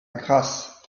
grasse